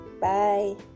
Bye